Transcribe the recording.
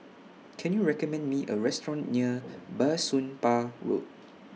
Can YOU recommend Me A Restaurant near Bah Soon Pah Road